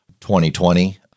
2020